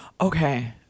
okay